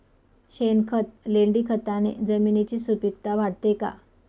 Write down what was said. शेणखत, लेंडीखताने जमिनीची सुपिकता वाढते का?